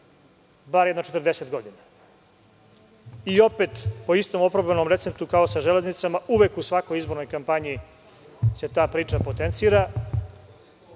bar jedno 40 godina.I opet, po istom oprobanom receptu kao sa „Železnicama“ uvek u svakoj izbornoj kampanji se ta priča potencira,